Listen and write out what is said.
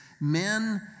men